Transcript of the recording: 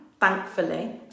thankfully